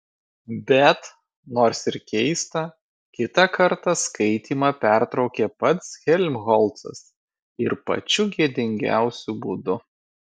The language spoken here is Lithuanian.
bet nors ir keista kitą kartą skaitymą pertraukė pats helmholcas ir pačiu gėdingiausiu būdu